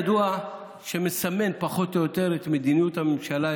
ידוע שהוא מסמן פחות או יותר את מדיניות הממשלה,